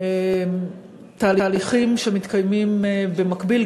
של תהליכים שמתקיימים במקביל,